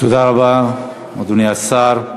תודה רבה, אדוני השר.